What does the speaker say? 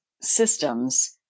systems